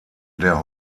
der